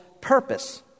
purpose